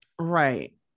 Right